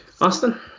Austin